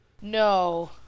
No